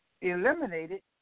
eliminated